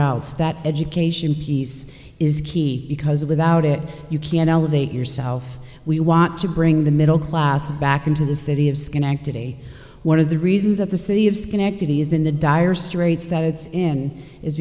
else that education piece is key because without it you can elevate yourself we want to bring the middle class back into the city of schenectady one of the reasons of the city of skin he is in the dire straits that it's in is